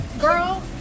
girl